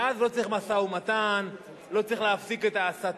ואז לא צריך משא-ומתן, לא צריך להפסיק את ההסתה,